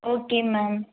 okay ma'am